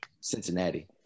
Cincinnati